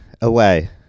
away